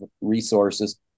resources